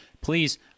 Please